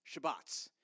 Shabbats